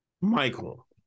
Michael